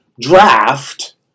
draft